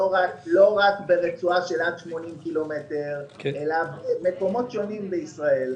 לא רק ברצועה של עד 80 קילומטר אלא במקומות שונים בישראל.